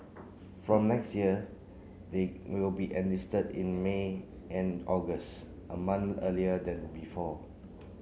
from next year they will be enlisted in May and August a month earlier than before